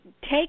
take